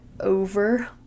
over